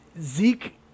Zeke